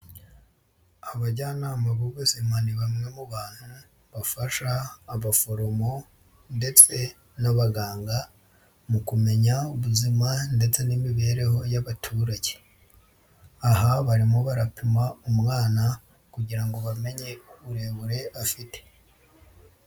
Abajyanama b'ubuzima ni bamwe mu bantu bafasha abaforomo ndetse n'abaganga mu kumenya ubuzima ndetse n'imibereho y'abaturage, aha barimo barapima umwana kugira ngo bamenye ubure afite.